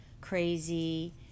crazy